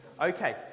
Okay